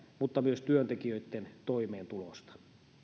mutta myös työntekijöitten toimeentulosta